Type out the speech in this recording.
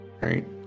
right